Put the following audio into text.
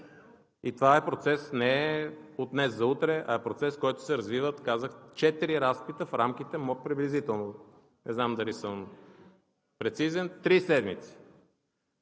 Това е процес не от днес за утре, а е процес, който се развива, казах, четири разпита в рамките – приблизително, не знам дали съм прецизен, на три седмици.